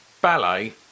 Ballet